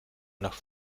nach